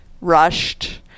rushed